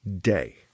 day